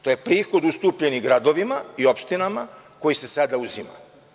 To je prihod ustupljeni gradovima i opštinama koji se sada uzima.